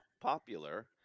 popular